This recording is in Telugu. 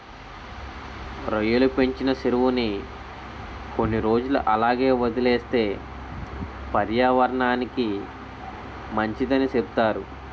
రొయ్యలు పెంచిన సెరువుని కొన్ని రోజులు అలాగే వదిలేస్తే పర్యావరనానికి మంచిదని సెప్తారు